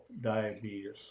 diabetes